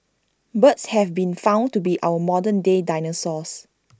birds have been found to be our modern day dinosaurs